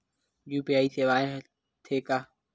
UPI सेवाएं हो थे का?